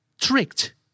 tricked